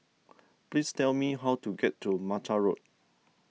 please tell me how to get to Mata Road